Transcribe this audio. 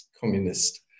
communist